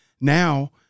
Now